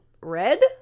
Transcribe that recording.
red